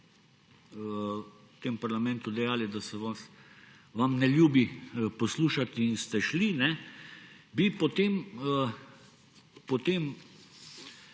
v tem parlamentu dejali, da se vam ne ljubi poslušati, in ste šli, je po tem,